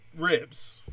ribs